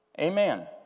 Amen